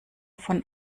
von